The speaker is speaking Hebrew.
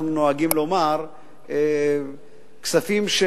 הכספים של